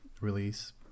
release